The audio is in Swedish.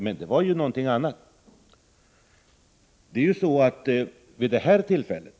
Men detta var ju någonting helt annat än vad det nu gäller.